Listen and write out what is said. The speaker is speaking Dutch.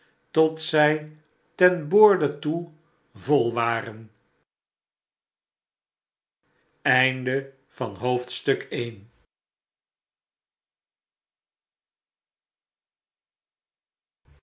tot zij ten boorde toe vol waren